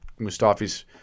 Mustafi's